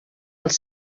als